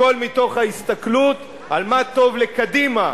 הכול מתוך ההסתכלות על מה טוב לקדימה,